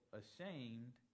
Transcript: ashamed